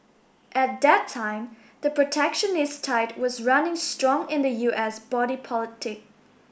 at that time the protectionist tide was running strong in the U S body politic